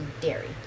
dairy